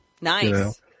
Nice